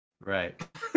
Right